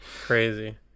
Crazy